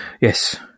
Yes